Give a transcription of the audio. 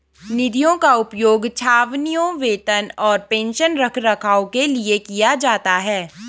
निधियों का उपयोग छावनियों, वेतन और पेंशन के रखरखाव के लिए किया जाता है